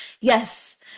Yes